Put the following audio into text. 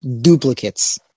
duplicates